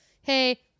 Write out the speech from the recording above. hey